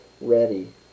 ready